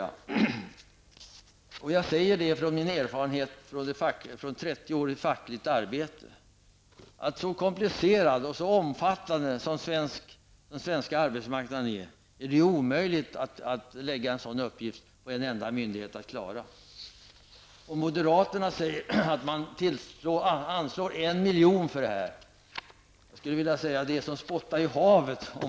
Av egen erfarenhet -- jag har nämligen 30 års erfarenhet av fackligt arbete -- vet jag att det är omöjligt, med tanke på hur komplicerad och omfattande den svenska arbetsmarknaden är, att lägga en sådan uppgift på en enda myndighet. Moderaterna anslår 1 miljon för det här ändamålet. Men det är, skulle jag vilja säga, som att spotta i havet.